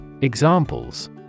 Examples